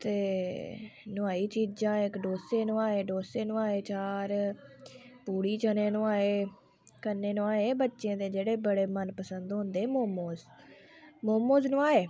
ते नोआई चीजां इक डोसे नोआए डोसे नोआए चार पूड़ी चने नोआए कन्नै नोआए जेह्ड़े बच्चें दे मनपसंद होंदे मोमोज मोमोज नोआए